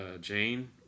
Jane